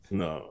no